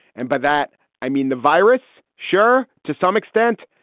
and by that i mean the virus. sure. to some extent.